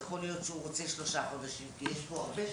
יש פה הרבה שאלות.